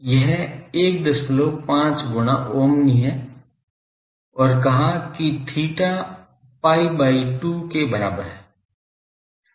यह 15 गुना ओमनी है और कहा कि theta pi by 2 के बराबर है